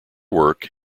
work